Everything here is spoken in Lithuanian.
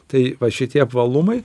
tai va šitie apvalumai